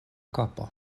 kapo